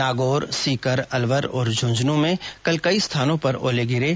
नागौर सीकर अलवर और झूंझुनू में कल कई स्थानों पर ओले गिरे